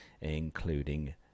including